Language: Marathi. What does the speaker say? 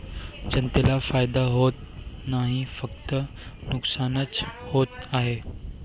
जनतेला फायदा होत नाही, फक्त नुकसानच होत आहे